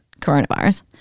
coronavirus